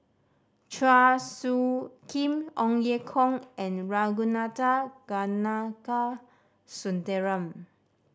Chua Soo Khim Ong Ye Kung and Ragunathar Kanagasuntheram